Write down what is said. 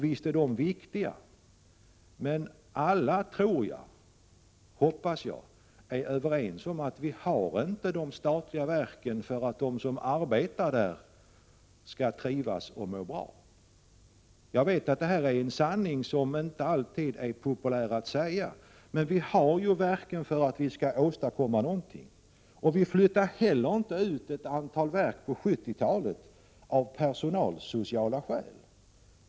Men jag hoppas och tror att vi alla är överens om att de statliga verken inte enbart är till för att de som arbetar i dem skall trivas och må bra. Jag vet att det är en sanning som det inte alltid är populärt att säga. De statliga verken är till för åstadkomma någonting. Vi flyttade inte heller ut ett antal verk på 1970-talet av personalsociala skäl.